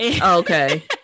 Okay